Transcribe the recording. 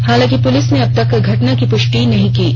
हालाँकि पुलिस ने अबतक घटना को पुष्टि नहीं की है